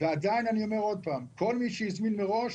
ועדיין אני אומר שוב, כל מי שהזמין מראש